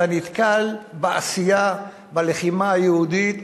אתה נתקל בעשייה, בלחימה היהודית,